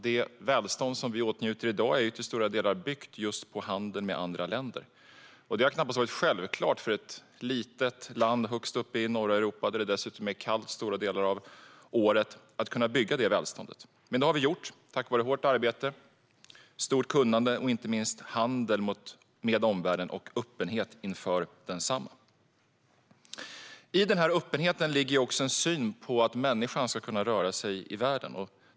Det välstånd som vi åtnjuter i dag är till stora delar byggt på handel med andra länder. Det har knappast varit självklart för ett litet land högst uppe i norra Europa, där det dessutom är kallt stora delar av året, att kunna bygga detta välstånd. Men det har vi gjort tack vare hårt arbete, stort kunnande och inte minst handel med omvärlden och öppenhet inför densamma. I öppenheten ligger en syn att människan ska kunna röra sig i världen.